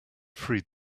freed